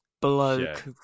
bloke